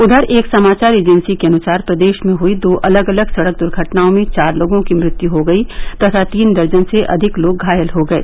उधर एक समाचार एजेंसी के अनुसार प्रदेश में हुयी दो अलग अलग सड़क दुर्घटनाओं में चार लोगों की मृत्यु हो गयी तथा तीन दर्जन से अधिक लोग घायल हो गये